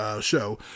show